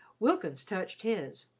wilkins touched his.